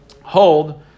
hold